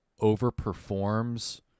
overperforms